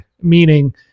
Meaning